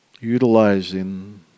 Utilizing